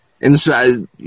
inside